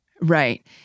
Right